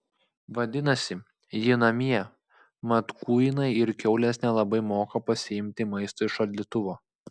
vadinasi ji namie mat kuinai ir kiaulės nelabai moka pasiimti maisto iš šaldytuvo